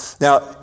Now